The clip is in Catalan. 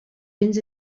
vents